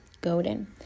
Golden